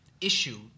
issue –